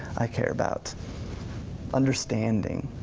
i care about understanding,